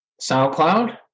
SoundCloud